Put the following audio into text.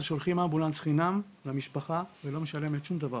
שולחים למשפחה אמבולנס חינם והיא לא משלמת עבורו.